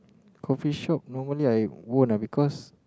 coffee shop normally I won't ah because